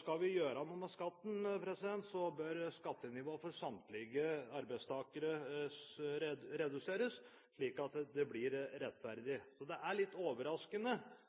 Skal vi gjøre noe med skatten, bør skattenivået for samtlige arbeidstakere reduseres, slik at det blir rettferdig.